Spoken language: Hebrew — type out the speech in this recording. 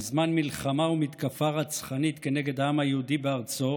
בזמן מלחמה ומתקפה רצחנית כנגד העם היהודי בארצו,